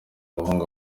abahungu